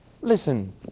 Listen